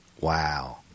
Wow